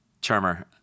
Charmer